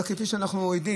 אבל כפי שאנחנו רואה,